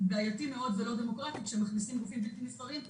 בעייתי מאוד ולא דמוקרטי כשמכניסים גופים בלתי נבחרים.